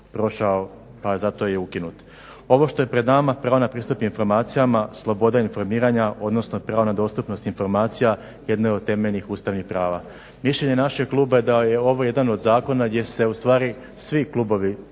Ovo što je pred nama, pravo na pristup informacijama, sloboda informiranja, odnosno pravna dostupnost informacija jedna je od temeljnih ustavnih prava. Mišljenje našeg kluba da je ovo jedan od zakona gdje se ustvari svi klubovi